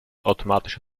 automatische